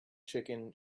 chicken